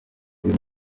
uyu